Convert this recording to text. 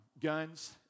guns